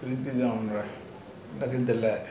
என்ன செய்றதுன்னு தெரில:enna sirathunu terila